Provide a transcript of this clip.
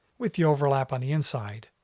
with the overlap on the inside.